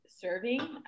serving